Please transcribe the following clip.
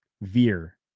Veer